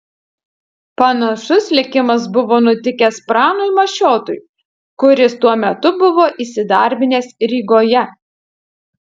panašus likimas buvo nutikęs pranui mašiotui kuris tuo metu buvo įsidarbinęs rygoje